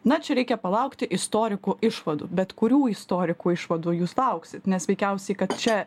na čia reikia palaukti istorikų išvadų bet kurių istorikų išvadų jūs lauksit nes veikiausiai kad čia